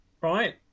Right